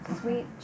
Sweet